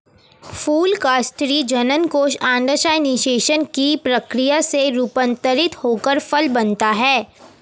फूल का स्त्री जननकोष अंडाशय निषेचन की प्रक्रिया से रूपान्तरित होकर फल बनता है